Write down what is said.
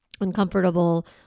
uncomfortable